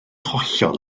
hollol